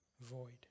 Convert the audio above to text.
void